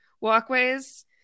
walkways